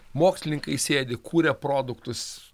mokslininkai sėdi kuria produktus